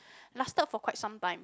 lasted for quite some time